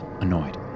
annoyed